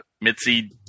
Mitzi